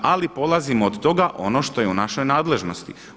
Ali polazimo od toga ono što je u našoj nadležnosti.